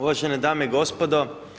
Uvažene dame i gospodo.